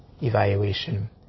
evaluation